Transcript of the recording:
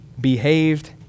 behaved